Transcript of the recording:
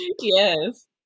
Yes